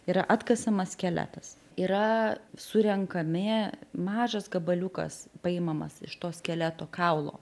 yra atkasamas skeletas yra surenkami mažas gabaliukas paimamas iš to skeleto kaulo